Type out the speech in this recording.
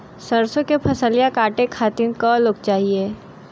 सरसो के फसलिया कांटे खातिन क लोग चाहिए?